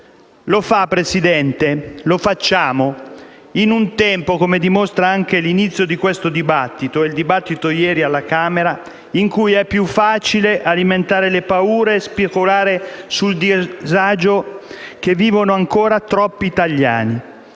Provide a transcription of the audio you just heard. Lo fa Presidente, e lo facciamo, in un tempo, come dimostra anche l'inizio di questo dibattito e il dibattito di ieri alla Camera, in cui è più facile alimentare le paure e speculare sul disagio che vivono ancora troppi italiani.